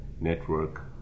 network